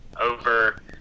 over